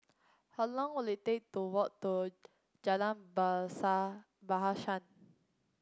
how long will it take to walk to Jalan Bahasa